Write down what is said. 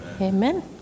Amen